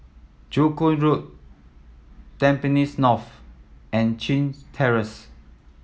Joo Koon Road Tampines North and Chin Terrace